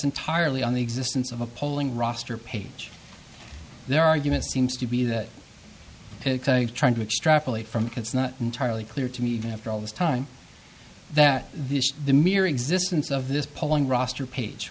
entirely on the existence of a polling roster page their argument seems to be that trying to extrapolate from cuts not entirely clear to me even after all this time that this the mere existence of this polling roster page